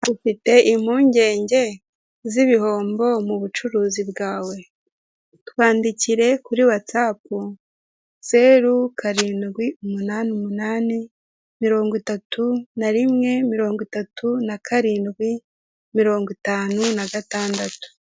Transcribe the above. Ufite impungenge z'ibihombo mu bucuruzi bwawe, twandikire kuri watsapu zeru karindwi umunani umunani mirongo itatu nari rimwe mirongo itatu na karindwi mirongo itanu na gatandatu.